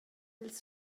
ils